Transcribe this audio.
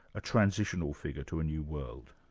a transitional figure to a new world?